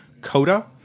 CODA